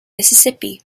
mississippi